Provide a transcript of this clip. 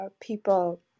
people